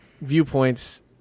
viewpoints